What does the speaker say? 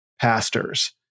pastors